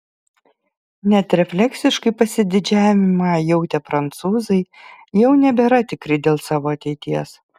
net refleksiškai pasididžiavimą jautę prancūzai jau nebėra tikri dėl savo ateities